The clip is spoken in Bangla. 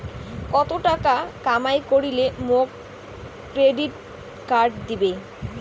কত টাকা কামাই করিলে মোক ক্রেডিট কার্ড দিবে?